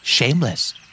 Shameless